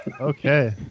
Okay